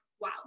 wow